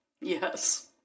Yes